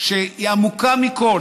שהיא עמוקה מכול.